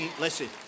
listen